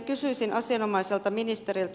kysyisin asianomaiselta ministeriltä